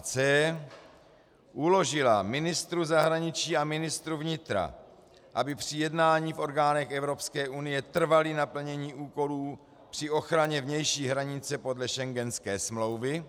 c) uložila ministru zahraničí a ministru vnitra, aby při jednání v orgánech Evropské unie trvali na plnění úkolů při ochraně vnější hranice podle schengenské smlouvy;